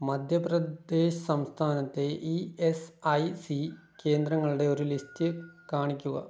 മധ്യപ്രദേശ് സംസ്ഥാനത്തെ E S I C കേന്ദ്രങ്ങളുടെ ഒരു ലിസ്റ്റ് കാണിക്കുക